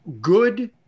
good